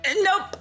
nope